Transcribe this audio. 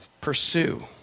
pursue